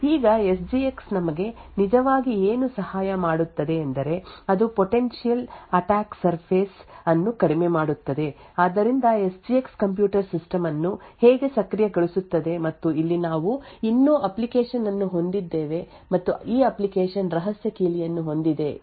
ಈಗ S G X ನಮಗೆ ನಿಜವಾಗಿ ಏನು ಸಹಾಯ ಮಾಡುತ್ತದೆ ಎಂದರೆ ಅದು ಪೊಟೆಂಟಿಯಾಲ್ ಅಟ್ಯಾಕ್ ಸರ್ಫೇಸ್ ಅನ್ನು ಕಡಿಮೆ ಮಾಡುತ್ತದೆ ಆದ್ದರಿಂದ S G X computer system ಅನ್ನು ಹೇಗೆ ಸಕ್ರಿಯಗೊಳಿಸುತ್ತದೆ ಮತ್ತು ಇಲ್ಲಿ ನಾವು ಇನ್ನೂ ಅಪ್ಲಿಕೇಶನ್ ಅನ್ನು ಹೊಂದಿದ್ದೇವೆ ಮತ್ತು ಈ ಅಪ್ಲಿಕೇಶನ್ ರಹಸ್ಯ ಕೀಲಿಯನ್ನು ಹೊಂದಿದೆ ಎಂದು ಹೇಳೋಣ